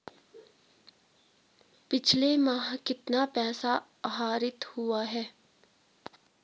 पिछले माह कितना पैसा आहरित हुआ है?